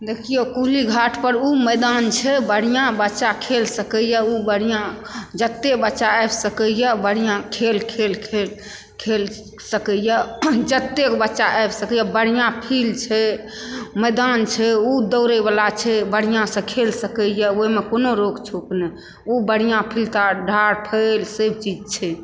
देखियौ कुली घाट पर ओ मैदान छै बढिऑं बच्चा खेल सकै यऽ ओ बढ़िऑं जते बच्चा आबि सकै यऽ बढ़िऑं खेल खेल सकै यऽ जतेक बच्चा आबि सकै यऽ बढ़िऑं फील्ड छै मैदान छै ओ दौड़य बला छै बढिऑं सऽ खेल सकै यऽ ओहिमे कोनो रोक छोक नहि बढ़िऑं फील्ड ढाठ ओ फैल सब चीज छै